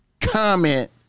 comment